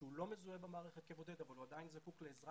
שהוא לא מזוהה במערכת כבודד אבל הוא עדיין זקוק לעזרה